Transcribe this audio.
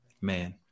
man